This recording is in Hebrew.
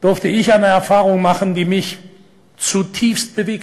אתמול עברתי חוויה מטלטלת ומרגשת.